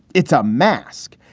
it's a mask.